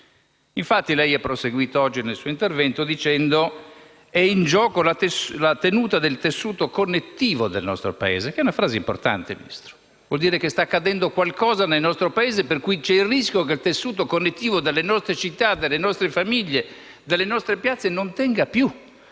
Infatti, lei ha proseguito oggi nel suo intervento dicendo che è in gioco la tenuta del tessuto connettivo del nostro Paese. Questa è una frase importante, perché vuol dire che sta succedendo qualcosa nel nostro Paese, per cui c'è il rischio che il tessuto connettivo delle nostre città, delle nostre famiglie e delle nostre piazze non tenga più.